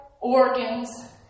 organs